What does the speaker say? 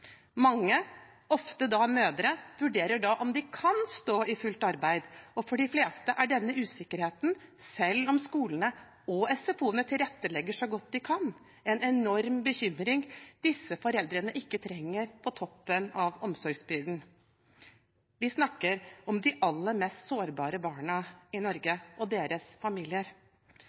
Mange, ofte mødre, vurderer da om de kan stå i fullt arbeid, og for de fleste er denne usikkerheten, selv om skolene og SFO tilrettelegger så godt de kan, en enorm bekymring disse foreldrene ikke trenger på toppen av omsorgsbyrden. Vi snakker om de aller mest sårbare barna i Norge og deres familier.